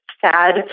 sad